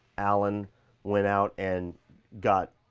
alan went out and got,